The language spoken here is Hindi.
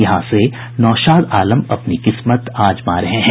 यहां से नौशाद आलम अपनी किस्मत आजमा रहे हैं